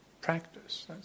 practice